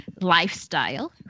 lifestyle